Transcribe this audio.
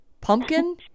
pumpkin